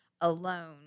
alone